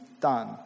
done